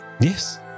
Yes